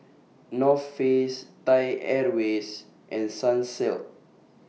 North Face Thai Airways and Sunsilk